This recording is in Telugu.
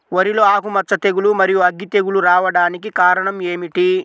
వరిలో ఆకుమచ్చ తెగులు, మరియు అగ్గి తెగులు రావడానికి కారణం ఏమిటి?